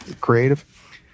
creative